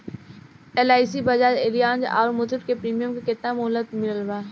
LIC Bajaj Allianz आउर मुथूट के premium के केतना मुहलत मिलल बा?